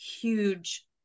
huge